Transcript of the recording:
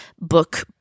book